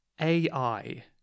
AI